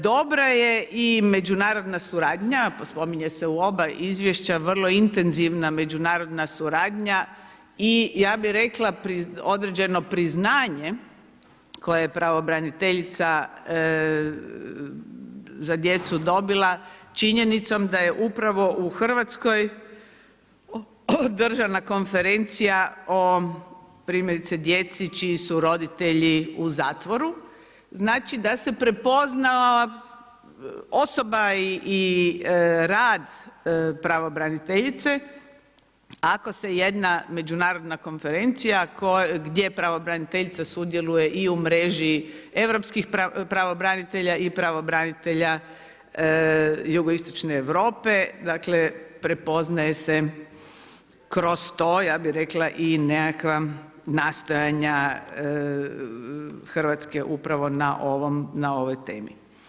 Dobra je i međunarodna suradnja, spominje se u oba izvješća, vrlo intenzivna međunarodna suradnja i ja bi rekla, određene priznanje koje je pravobraniteljica za djecu dobila činjenicom da je upravo u Hrvatskoj državna konferencija o primjerice djeci čiji su roditelji u zatvoru, znači da se prepoznala osoba i rad pravobraniteljice ako se jedna međunarodna konferencija gdje pravobraniteljica sudjeluje i u mreži europskih pravobranitelja i pravobranitelja jugoistočne Europe, dakle prepoznaje se kroz to ja bi rekla i nekakva nastojanja Hrvatske upravo na ovoj temi.